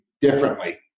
differently